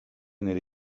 nelle